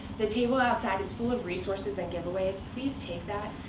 the table outside is full of resources and giveaways. please take that.